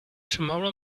tomorrow